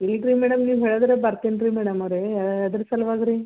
ಇಲ್ಲ ರೀ ಮೇಡಮ್ ನೀವು ಹೇಳಿದರೆ ಬರ್ತೇನೆ ರೀ ಮೇಡಮ್ ಅವರೆ ಯಾವುದರ ಸಲುವಾಗಿ ರೀ